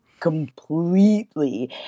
completely